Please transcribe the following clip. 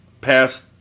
past